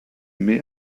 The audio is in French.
mai